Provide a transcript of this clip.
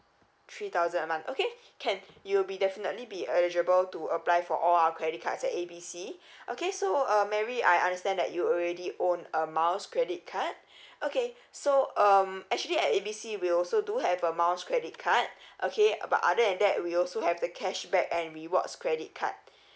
three thousand a month okay can you will be definitely be eligible to apply for all our credit cards at A B C okay so uh mary I understand that you already own a miles credit card okay so um actually at A B C we'll also do have a miles credit card okay uh but other than that we also have a cashback and rewards credit card